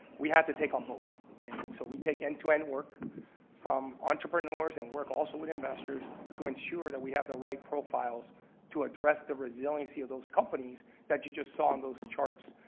we have to take on both and so we take and end-to-end and work from entrepreneurs and work also with investors to ensure that we have the right profiles to address the resiliency of those companies that you just saw in those charts,